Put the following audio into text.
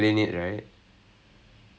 ah to explain